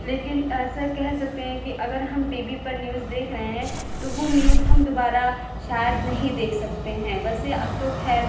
लेकिन ऐसा कह सकते हैं कि अगर हम टी वी पर न्यूज़ देख रहे हैं तो वो न्यूज़ हम दुबारा शायद नहीं देख सकते हैं वैसे अब तो खैर